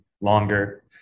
longer